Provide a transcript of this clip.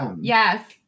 Yes